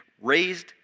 raised